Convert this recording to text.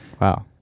Wow